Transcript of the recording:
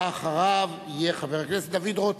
הבא אחריו יהיה חבר הכנסת דוד רותם.